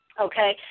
okay